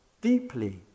deeply